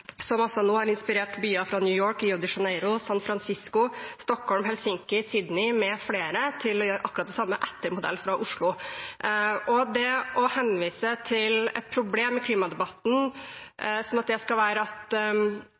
som nå har inspirert byer som New York, Rio de Janeiro, San Francisco, Stockholm, Helsinki, Sydney mfl. til å gjøre akkurat det samme, etter modell fra Oslo. Det å henvise til at et problem i klimadebatten skal være at